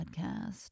Podcast